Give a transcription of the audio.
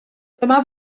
dyma